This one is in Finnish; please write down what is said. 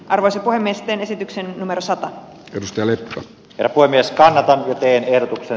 arvesen varmistin esityksen numerossa rymistely jatkui myös kannattavuuteen ehdotuksen